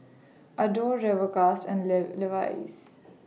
Adore Rivercrest and Levi's